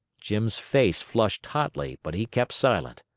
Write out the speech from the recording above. jim's face flushed hotly, but he kept silent.